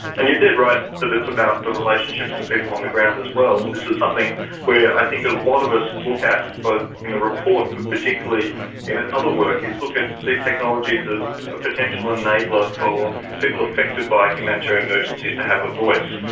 and you're dead right that it's about the relationships to people on the ground as well, and this is something where i think a lot of us look at. both in the report but particularly in ah other work, is look at these technologies as a potential enabler for people affected by humanitarian emergencies to have a voice.